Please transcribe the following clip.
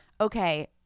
Okay